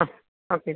ആ ഓക്കെ